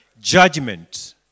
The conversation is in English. judgment